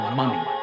money